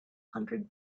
hundred